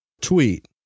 tweet